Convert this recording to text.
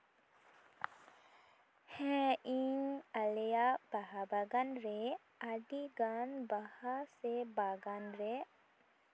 ᱦᱮᱸ ᱤᱧ ᱟᱞᱮᱭᱟᱜ ᱵᱟᱦᱟ ᱵᱟᱜᱟᱱᱨᱮ ᱟᱹᱰᱤᱜᱟᱱ ᱵᱟᱦᱟ ᱥᱮ ᱵᱟᱜᱟᱱ ᱨᱮ